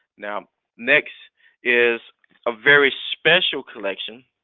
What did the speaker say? now next is a very special collection,